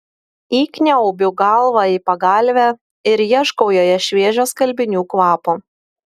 įkniaubiu galvą į pagalvę ir ieškau joje šviežio skalbinių kvapo